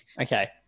Okay